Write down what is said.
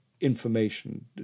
information